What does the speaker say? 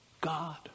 God